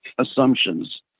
assumptions